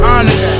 Honest